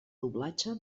doblatge